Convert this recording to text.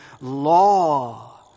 law